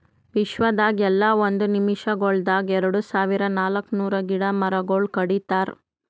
ವಿಶ್ವದಾಗ್ ಎಲ್ಲಾ ಒಂದ್ ನಿಮಿಷಗೊಳ್ದಾಗ್ ಎರಡು ಸಾವಿರ ನಾಲ್ಕ ನೂರು ಗಿಡ ಮರಗೊಳ್ ಕಡಿತಾರ್